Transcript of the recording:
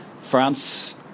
France